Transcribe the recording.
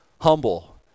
Humble